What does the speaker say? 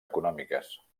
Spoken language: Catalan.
econòmiques